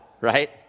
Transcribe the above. right